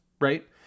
right